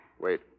Wait